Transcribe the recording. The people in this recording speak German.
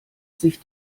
sich